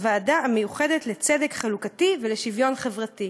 הוועדה המיוחדת לצדק חלוקתי ולשוויון חברתי,